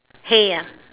hay ah